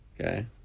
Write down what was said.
Okay